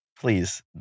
Please